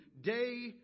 day